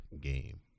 game